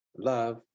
Love